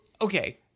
okay